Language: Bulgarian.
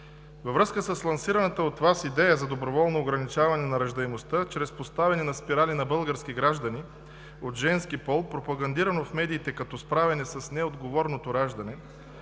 Във връзка с лансираната от Вас идея за доброволно ограничаване на раждаемостта чрез поставяне на спирали на български граждани от женски пол, пропагандирано в медиите като справяне с неотговорното раждане